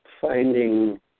finding